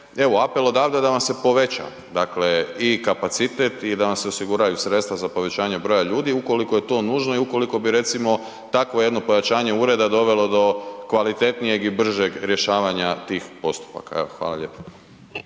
apel odavde da vam se poveća. Dakle i kapacitet i da vam se osiguraju sredstva za povećanje broja ljudi ukoliko je to nužno i ukoliko bi recimo takvo jedno pojačanje ureda dovelo do kvalitetnijeg i bržeg rješavanja tih postupaka. Evo hvala lijepa.